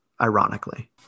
ironically